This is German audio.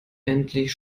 endlich